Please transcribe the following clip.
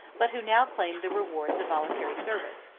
but who now claimed the rewards of voluntary service,